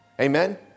Amen